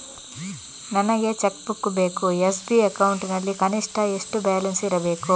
ನನಗೆ cheque book ಬೇಕು SB account ನಲ್ಲಿ ಕನಿಷ್ಠ ಎಷ್ಟು ಬ್ಯಾಲೆನ್ಸ್ ಇರಬೇಕು?